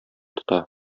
тота